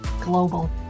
global